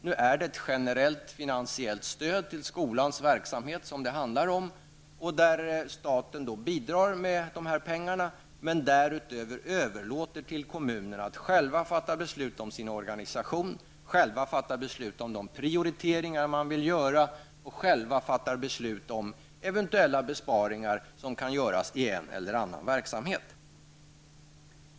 Nu handlar det om ett generellt finansiellt stöd till skolans verksamhet där staten bidrar med pengarna men därutöver överlåter till kommunerna att själva fatta beslut om sin organisation, de prioriteringar man vill göra och de eventuella besparingar som kan göras i en eller annan verksamhet.